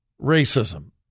racism